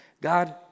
God